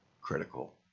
critical